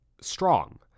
strong